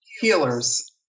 Healers